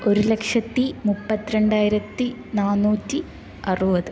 ഒരു ലക്ഷത്തി മുപ്പത്തി രണ്ടായിരത്തി നാനൂറ്റി അറുപത്